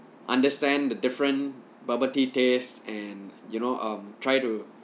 understand the different bubble tea taste and you know um try to